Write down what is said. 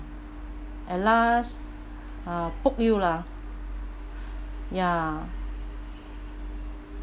and last uh poke you lah ya